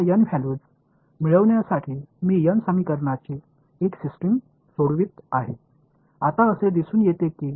எனவே இந்த n மதிப்புகளைப் பெற n சமன்பாடுகளின் அமைப்பை நான் தீர்ப்பேன்